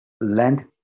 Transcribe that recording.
land